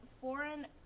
foreign